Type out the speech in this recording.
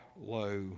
low